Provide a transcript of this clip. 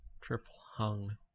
Triple-hung